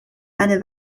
eine